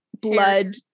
blood